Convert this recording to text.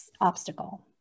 obstacle